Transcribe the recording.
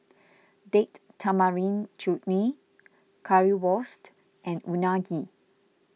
Date Tamarind Chutney Currywurst and Unagi